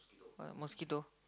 what mosquito